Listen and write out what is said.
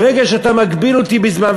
ברגע שאתה מגביל אותי בזמן,